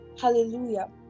hallelujah